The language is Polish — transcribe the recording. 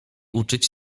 uczyć